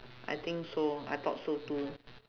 I think so I thought so too